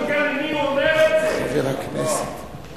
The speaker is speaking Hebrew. חשוב גם למי הוא אומר את זה, לא מה הוא אמר.